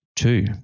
Two